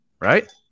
Right